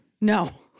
No